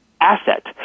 asset